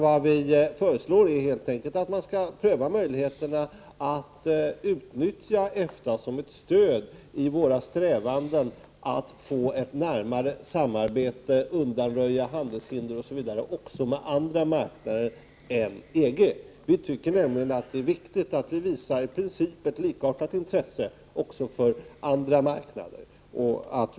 Vad vi föreslår är helt enkelt att möjligheterna skall prövas att utnyttja EFTA som ett stöd i våra strävanden att få ett närmare samarbete, att undanröja handelshinder osv. också när det gäller andra marknader än EG. Vi tycker nämligen att det är viktigt att visa ett i princip likartat intresse för andra marknader.